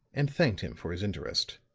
and thanked him for his interest.